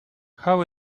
how